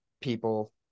people